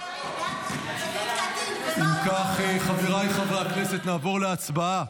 אם כך, חבריי חברי הכנסת, נעבור להצבעה